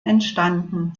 entstanden